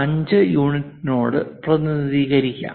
5 യൂണിറ്റിനോട് പ്രതിനിധീകരിക്കാം